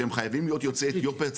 שהם חייבים להיות יוצאי אתיופיה.